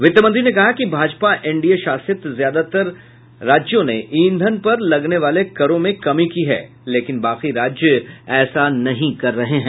वित्त मंत्री ने कहा कि भाजपा एनडीए शासित ज्यादातर राज्यों ने ईंधन पर लगने वाले करों में कमी की है लेकिन बाकी राज्य ऐसा नहीं कर रहें